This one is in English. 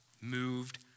moved